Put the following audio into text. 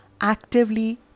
actively